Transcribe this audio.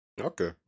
Okay